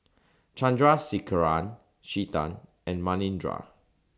Chandrasekaran Chetan and Manindra